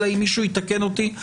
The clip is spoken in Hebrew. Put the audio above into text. אלא אם מישהו יתקן אותי,